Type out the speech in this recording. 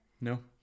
No